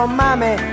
mommy